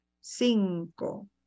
cinco